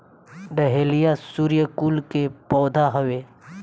dahlia सूर्यकुल के पौधा हवे